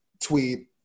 tweet